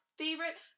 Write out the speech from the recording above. favorite